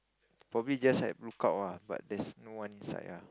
probably just like book out ah but there's no one inside lah